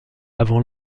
avant